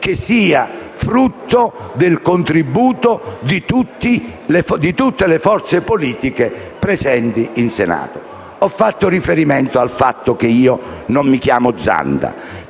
che sia frutto del contributo di tutte le forze politiche presenti in Senato. Ho fatto riferimento al fatto che io non mi chiamo Zanda,